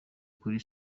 kuri